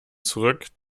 zurück